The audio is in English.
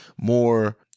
more